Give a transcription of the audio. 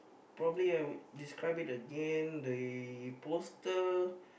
probably I would describe it again the uh poster